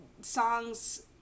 songs